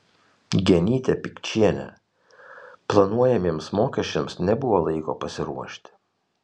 genytė pikčienė planuojamiems mokesčiams nebuvo laiko pasiruošti